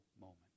moment